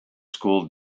school